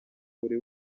buri